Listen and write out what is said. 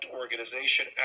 organization